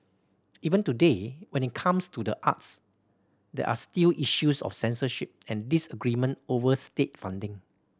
even today when it comes to the arts there are still issues of censorship and disagreement over state funding